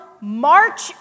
march